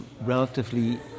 relatively